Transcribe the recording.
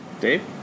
Dave